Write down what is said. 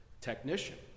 technician